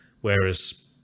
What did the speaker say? whereas